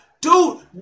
Dude